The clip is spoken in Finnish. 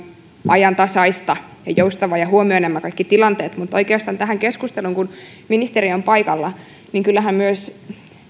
ajantasaista ja joustavaa ja huomioi nämä kaikki tilanteet oikeastaan tuon tämän keskusteluun kun ministeri on paikalla että kyllähän myös